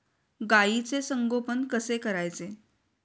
गाईचे संगोपन कसे करायचे?